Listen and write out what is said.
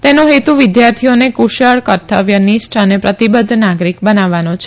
તેનો હેતુ વિદ્યાર્થીઓને કુશળ કર્તવ્યનિષ્ઠ અને પ્રતિબધ્ધ નાગરીક બનાવવાનો છે